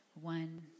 One